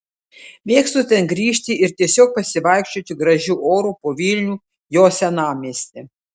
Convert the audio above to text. mėgstu ten grįžti ir tiesiog pasivaikščioti gražiu oru po vilnių jo senamiestį